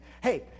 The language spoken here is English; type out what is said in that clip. hey